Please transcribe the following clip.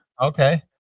Okay